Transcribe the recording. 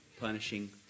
punishing